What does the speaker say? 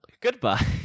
Goodbye